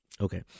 Okay